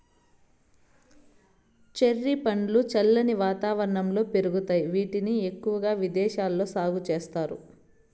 cherry పండ్లు చల్లని వాతావరణంలో పెరుగుతాయి, వీటిని ఎక్కువగా విదేశాలలో సాగు చేస్తారు